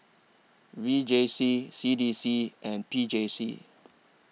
V J C C D C and P J C